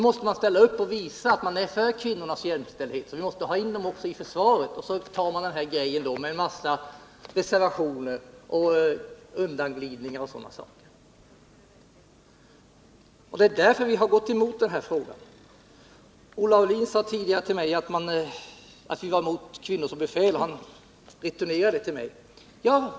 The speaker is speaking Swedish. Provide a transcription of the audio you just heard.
Man vill visa att man är för kvinnornas jämställdhet och vill ha dem med också i försvaret, och man genomför detta förslag med en massa reservationer och undanglidningar. Därför har vi gått emot förslaget. Olle Aulin sade tidigare till mig att vi är emot kvinnor såsom befäl.